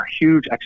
huge